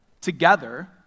together